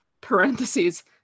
parentheses